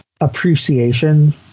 appreciation